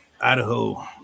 Idaho